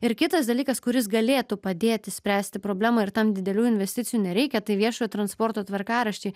ir kitas dalykas kuris galėtų padėti spręsti problemą ir tam didelių investicijų nereikia tai viešojo transporto tvarkaraščiai